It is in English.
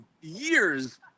years